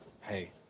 Hey